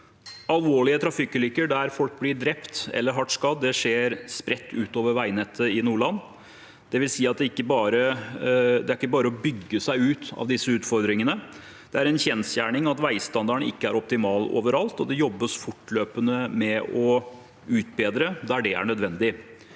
Alvorlige trafikkulykker der folk blir drept eller hardt skadd, skjer spredt ut over veinettet i Nordland. Det vil si at det ikke bare er å bygge seg ut av disse utfordringene. Det er en kjensgjerning at veistandarden ikke er optimal overalt, og det jobbes fortløpende med å utbedre der det er nødvendig.